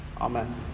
Amen